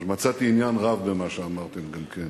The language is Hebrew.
מצאתי עניין רב במה שאמרתם גם כן.